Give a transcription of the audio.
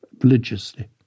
religiously